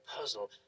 puzzle